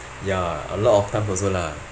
ya a lot of time also lah